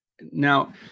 Now